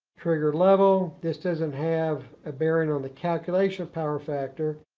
trigger level. this doesn't have a bearing on the calculation of power factor.